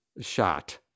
shot